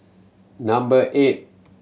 number eight